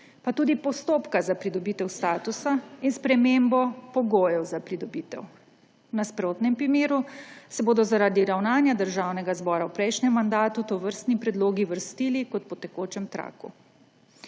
pa tudi postopka za pridobitev statusa in spremembo pogojev za pridobitev. V nasprotnem primeru se bodo zaradi ravnanja Državnega zbora v prejšnjem mandatu tovrstni predlogi vrstili kot po tekočem traku.